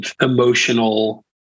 emotional